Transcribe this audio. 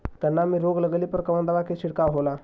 गन्ना में रोग लगले पर कवन दवा के छिड़काव होला?